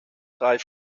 frei